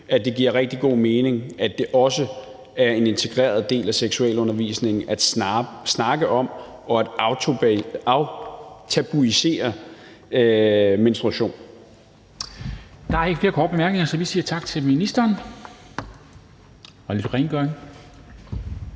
at det giver rigtig god mening, at det også er en integreret del af seksualundervisningen at snakke om og aftabuisere menstruation.